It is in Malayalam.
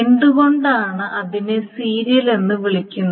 എന്തുകൊണ്ടാണ് അതിനെ സീരിയൽ എന്ന് വിളിക്കുന്നത്